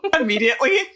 Immediately